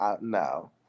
no